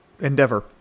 endeavor